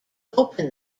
open